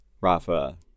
Rafa